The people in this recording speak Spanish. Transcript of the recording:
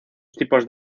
diversos